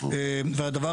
והדבר